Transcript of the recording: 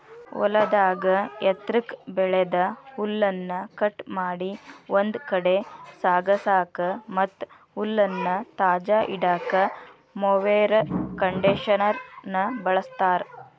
ಹೊಲದಾಗ ಎತ್ರಕ್ಕ್ ಬೆಳದ ಹುಲ್ಲನ್ನ ಕಟ್ ಮಾಡಿ ಒಂದ್ ಕಡೆ ಸಾಗಸಾಕ ಮತ್ತ್ ಹುಲ್ಲನ್ನ ತಾಜಾ ಇಡಾಕ ಮೊವೆರ್ ಕಂಡೇಷನರ್ ನ ಬಳಸ್ತಾರ